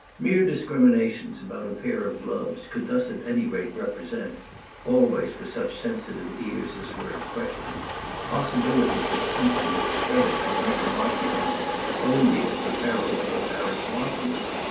mere discriminations about a pair of gloves could thus at any rate represent always for such sensitive ears as were in question possibilities of something that strether could make a mark against only as the peril of apparent wantonness.